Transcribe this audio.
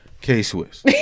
K-Swiss